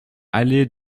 allée